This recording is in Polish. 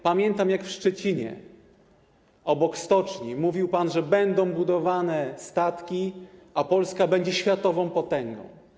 Pamiętam, jak w Szczecinie, obok stoczni mówił pan, że będą budowane statki, a Polska będzie światową potęgą.